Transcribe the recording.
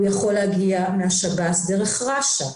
הוא יכול להגיע מהשב"ס דרך רש"א,